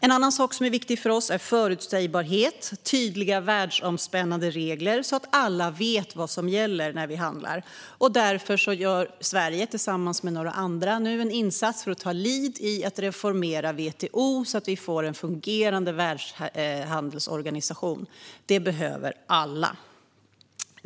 En annan sak som är viktig för oss är förutsägbarhet och tydliga världsomspännande regler, så att alla vet vad som gäller när vi handlar. Därför gör nu Sverige, tillsammans med några andra, en insats för att ta ledningen i att reformera WTO så att vi får en fungerande världshandelsorganisation. Det behöver alla.